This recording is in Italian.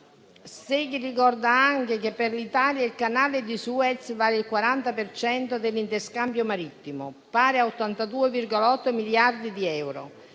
Sechi ricorda anche che per l'Italia il Canale di Suez vale il 40 per cento dell'interscambio marittimo, pari a 82,8 miliardi di euro.